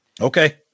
Okay